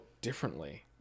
differently